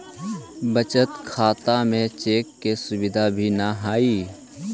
बचत खाता में चेक के सुविधा भी न हइ